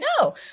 no